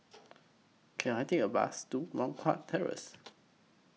Can I Take A Bus to Moh Guan Terrace